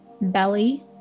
belly